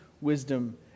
wisdom